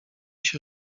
się